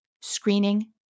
screening